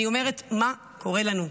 אני אומרת, מה קורה לנו?